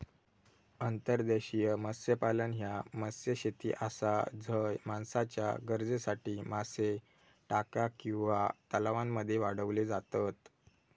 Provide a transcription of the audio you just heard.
अंतर्देशीय मत्स्यपालन ह्या मत्स्यशेती आसा झय माणसाच्या गरजेसाठी मासे टाक्या किंवा तलावांमध्ये वाढवले जातत